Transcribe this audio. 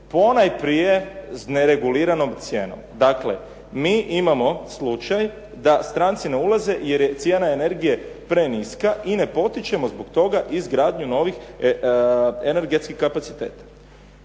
ponajprije s nereguliranom cijenom. Dakle, mi imamo slučaj da stranci ne ulaze, jer je cijena energije preniska i ne potičemo zbog toga izgradnju novih energetskih kapaciteta.